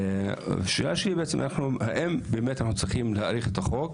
השאלה אם אנחנו צריכים להאריך את החוק.